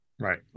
Right